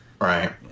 right